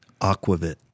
Aquavit